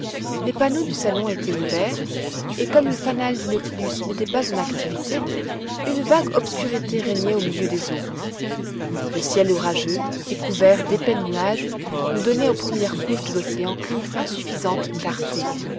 les panneaux du salon étaient ouverts et comme le fanal du nautilus n'était pas en activité une vague obscurité régnait au milieu des eaux le ciel orageux et couvert d'épais nuages ne donnait aux premières couches de l'océan qu'une insuffisante clarté